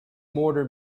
mortar